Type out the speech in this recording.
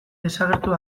desagertu